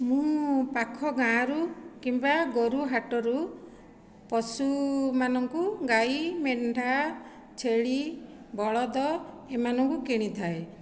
ମୁଁ ପାଖ ଗାଁରୁ କିମ୍ବା ଗୋରୁ ହାଟରୁ ପଶୁମାନଙ୍କୁ ଗାଈ ମେଣ୍ଢା ଛେଳି ବଳଦ ଏମାନଙ୍କୁ କିଣିଥାଏ